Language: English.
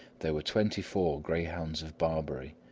there were twenty-four greyhounds of barbary,